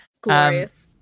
Glorious